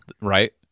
right